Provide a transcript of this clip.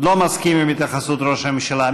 לא מסכים עם התייחסות ראש הממשלה.